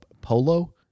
Polo